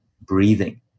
breathing